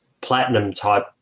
platinum-type